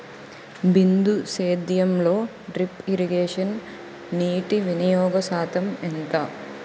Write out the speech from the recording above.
బిందు సేద్యంలో drip irrigation నీటివినియోగ శాతం ఎంత?